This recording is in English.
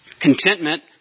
contentment